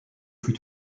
fut